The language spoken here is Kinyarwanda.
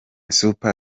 super